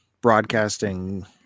broadcasting